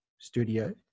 studio